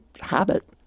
habit